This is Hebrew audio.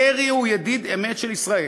קרי הוא ידיד אמת של ישראל.